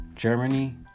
Germany